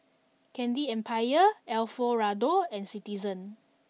Candy Empire Alfio Raldo and Citizen